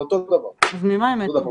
אותו דבר בדיוק.